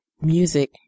music